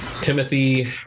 Timothy